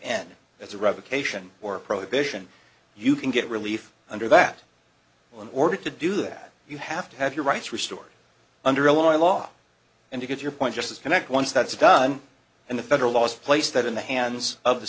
that's a revocation or prohibition you can get relief under that law in order to do that you have to have your rights restored under illinois law and you get your point just as connect once that's done and the federal laws place that in the hands of the